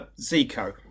Zico